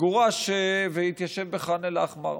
גורש והתיישב בח'אן אל-אחמר,